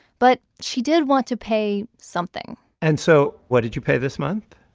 but she did want to pay something and so what did you pay this month?